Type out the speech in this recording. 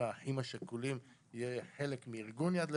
האחים השכולים יהיה חלק מארגון יד לבנים,